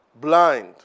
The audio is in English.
blind